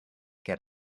get